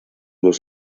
los